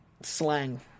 Slang